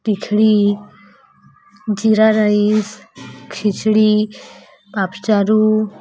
ପିଖଳି jeera rice khichdi ପାପଚାରୁ